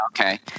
Okay